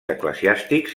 eclesiàstics